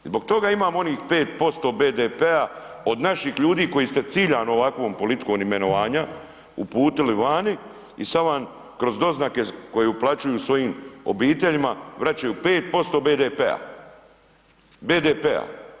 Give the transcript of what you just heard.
I zbog toga imamo onih 5% BDP-a od naših ljudi koje ste ciljano ovakvom politikom imenovanja uputili vani i sada vam kroz doznake koje uplaćuju svojim obiteljima vraćaju 5% BDP-a.